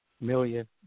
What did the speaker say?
million